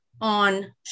on